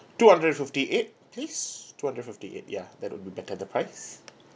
two hundred and fifty eight please two hundred fifty eight ya that would be better the price